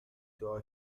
دعا